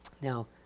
Now